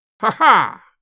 Ha-ha